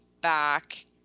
back